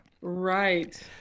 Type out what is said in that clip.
Right